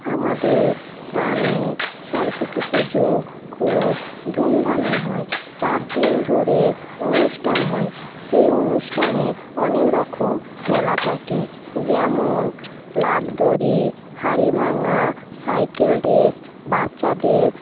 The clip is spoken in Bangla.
আমাদের গ্রামে সরস্বতী পুজো খুব ধুমধামে হয় চারদিন ধরে অনুষ্ঠান হয় সেই অনুষ্ঠানে অনেকরকম খেলা থাকে যেমন লাফ দড়ি হাড়ি ভাঙা সাইকেল রেস বাচ্চাদের